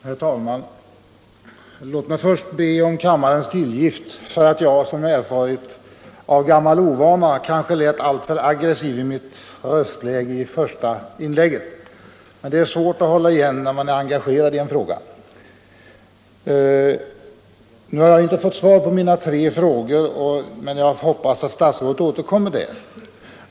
Herr talman! Låt mig först be om kammarens tillgift för att jag, som erfarits, av gammal ovana kanske lät alltför aggressiv i mitt första inlägg. Det är svårt att hålla igen när man är engagerad i en fråga. Jag har inte fått svar på mina tre frågor, men jag hoppas att statsrådet återkommer.